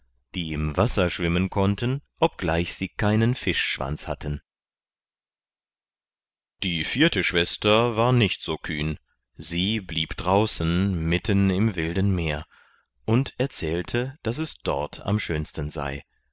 die im wasser schwimmen konnten obgleich sie keinen fischschwanz hatten die vierte schwester war nicht so kühn sie blieb draußen mitten im wilden meer und erzählte daß es dort am schönsten sei